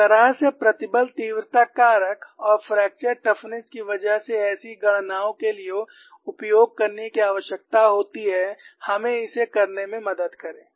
जिस तरह से प्रतिबल तीव्रता कारक और फ्रैक्चर टफनेस की वजह से ऐसी गणनाओं के लिए उपयोग करने की आवश्यकता होती है हमें इसे करने में मदद करें